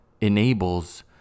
enables